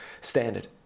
standard